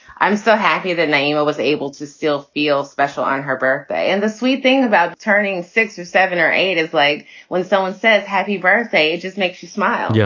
i'm so happy the name i was able to still feel special on her birthday. and the sweet thing about turning six or seven or eight is like when someone says happy birthday, it just makes you smile. yeah